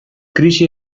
krisi